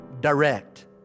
direct